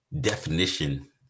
definition